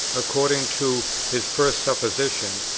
according to his first supposition,